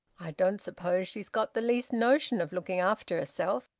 i don't suppose she's got the least notion of looking after herself.